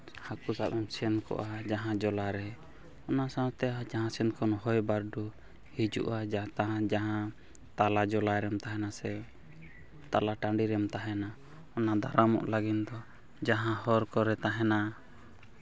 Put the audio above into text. ᱦᱟᱹᱠᱩ ᱥᱟᱵ ᱮᱢ ᱥᱮᱱ ᱠᱚᱜᱼᱟ ᱡᱟᱦᱟᱸ ᱡᱚᱞᱟ ᱨᱮ ᱚᱱᱟ ᱥᱟᱶᱛᱮ ᱟᱨ ᱡᱟᱦᱟᱸ ᱥᱮᱫ ᱠᱷᱚᱱ ᱦᱚᱭ ᱵᱟᱹᱨᱰᱩ ᱦᱤᱡᱩᱜᱼᱟ ᱡᱟᱦᱟᱸ ᱛᱟᱦᱟᱸ ᱡᱟᱦᱟᱸ ᱛᱟᱞᱟ ᱡᱚᱞᱟ ᱨᱮᱢ ᱛᱟᱦᱮᱱᱟ ᱥᱮ ᱛᱟᱞᱟ ᱴᱟᱹᱰᱤ ᱨᱮᱢ ᱛᱟᱦᱮᱱᱟ ᱚᱱᱟ ᱫᱟᱨᱟᱢᱚᱜ ᱞᱟᱹᱜᱤᱫ ᱫᱚ ᱡᱟᱦᱟᱸ ᱦᱚᱨ ᱠᱚᱨᱮᱫ ᱛᱟᱦᱮᱱᱟ